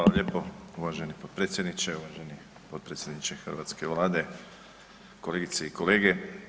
Hvala lijepo uvaženi potpredsjedniče, uvaženi potpredsjedniče hrvatske Vlade, kolegice i kolege.